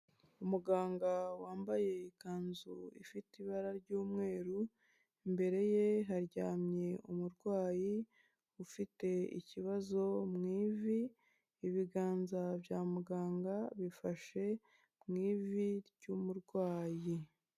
Umuganga wambaye ikanzu ifite ibara ry'umweru imbere ye haryamye umurwayi ufite ikibazo mu ivi, ibiganza bya muganga bifashe mu ivi ry'umurwayi.